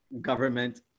government